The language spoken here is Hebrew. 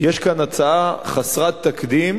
יש כאן הצעה חסרת תקדים,